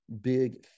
big